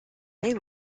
may